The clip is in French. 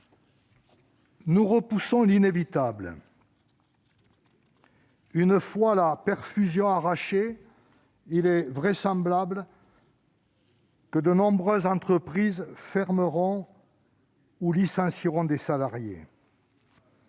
Nous repoussons l'inévitable. Une fois la perfusion arrachée, il est vraisemblable que de nombreuses entreprises fermeront ou licencieront des salariés.